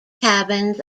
cabins